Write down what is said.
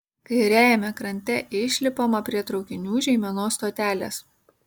kairiajame krante išlipama prie traukinių žeimenos stotelės